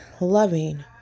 loving